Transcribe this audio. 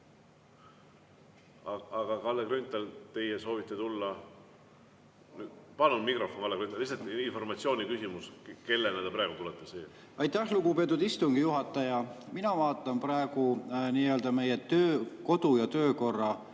… Kalle Grünthal, teie soovite tulla? Palun mikrofon Kalle Grünthalile. Lihtsalt informatsiooniküsimus: kellena te praegu tulete siia? Aitäh, lugupeetud istungi juhataja! Mina vaatan praegu meie kodu- ja töökorra